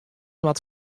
moat